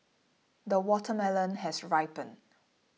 the watermelon has ripened